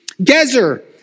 Gezer